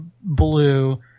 Blue